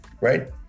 right